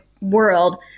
world